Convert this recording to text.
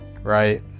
right